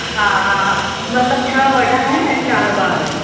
हा हा हा मतलबु छह वॾा आहिनि ऐं चारि ॿार आहिनि